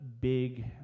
big